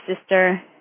sister